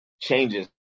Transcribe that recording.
changes